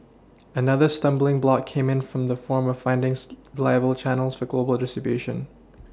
another stumbling block came in in the form of findings reliable Channels for global distribution